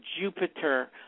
Jupiter